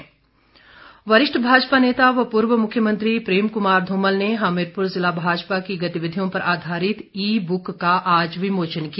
धुमल वरिष्ठ भाजपा नेता व पूर्व मुख्यमंत्री प्रेम कुमार धूमल ने हमीरपुर जिला भाजपा की गतिविधियों पर आधारित ई बुक का आज विमोचन किया